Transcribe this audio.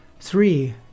Three